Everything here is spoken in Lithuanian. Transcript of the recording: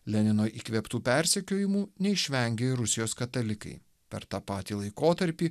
lenino įkvėptų persekiojimų neišvengė ir rusijos katalikai per tą patį laikotarpį